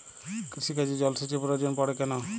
কৃষিকাজে জলসেচের প্রয়োজন পড়ে কেন?